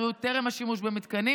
מילוי הצהרת בריאות טרם השימוש במתקנים